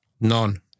None